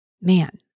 Man